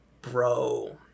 Bro